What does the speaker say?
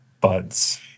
Bud's